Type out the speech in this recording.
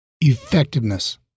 effectiveness